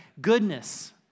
Goodness